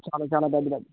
చాలా చాలా దగ్గర